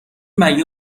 مگه